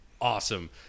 awesome